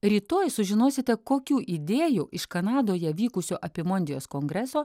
rytoj sužinosite kokių idėjų iš kanadoje vykusio apimondijos kongreso